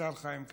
השר חיים כץ.